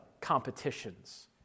competitions